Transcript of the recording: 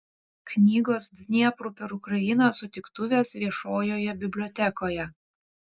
knygos dniepru per ukrainą sutiktuvės viešojoje bibliotekoje